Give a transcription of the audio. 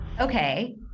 okay